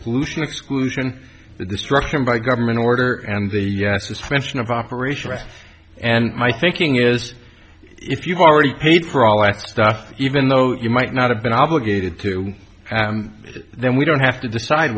pollution exclusion the destruction by government order and the suspension of operation rests and my thinking is if you've already paid for all that stuff even though you might not have been obligated to then we don't have to decide